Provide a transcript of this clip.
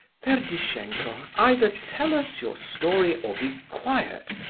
ferdishenko either tell us your story, or be quiet,